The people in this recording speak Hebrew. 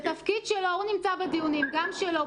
זה תפקיד שלו, הוא נמצא בדיונים גם שלו.